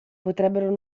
potrebbero